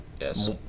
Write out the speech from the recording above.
Yes